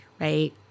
right